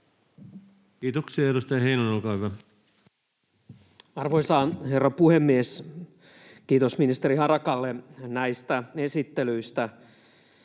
Kiitoksia. — Edustaja Heinonen, olkaa hyvä. Arvoisa herra puhemies! Kiitos ministeri Harakalle näistä esittelyistä.